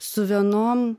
su vienom